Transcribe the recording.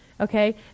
Okay